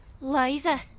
Liza